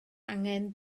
angen